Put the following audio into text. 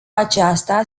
aceasta